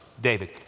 David